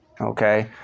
okay